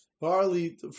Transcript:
barley